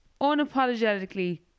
unapologetically